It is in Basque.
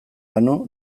banu